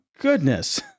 Goodness